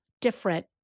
different